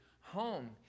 home